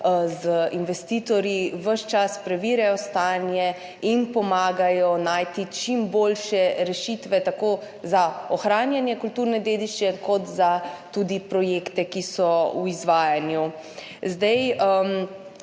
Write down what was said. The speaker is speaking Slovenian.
z investitorji ves čas preverjajo stanje in pomagajo najti čim boljše rešitve tako za ohranjanje kulturne dediščine kot tudi za projekte, ki so v izvajanju. Pri